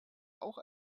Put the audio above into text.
auch